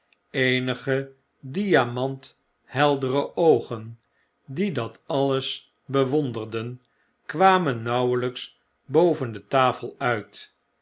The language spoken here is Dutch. eenige diamant heldere oogen die dat alles bewonderden kwamennauweljjks boven de tafel uit